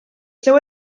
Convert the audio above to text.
seu